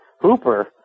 Hooper